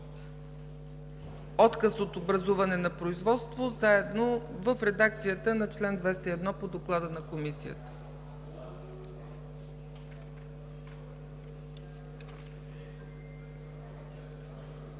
„Отказ от образуване на производство” в редакцията на чл. 201 по доклада на Комисията.